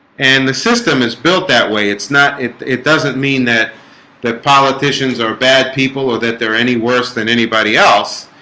and the system is built that way. it's not it it doesn't mean that the politicians are bad people or that they're any worse than anybody else.